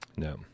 No